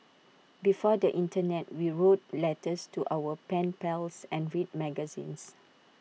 before the Internet we wrote letters to our pen pals and read magazines